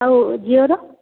ଆଉ ଜିଓର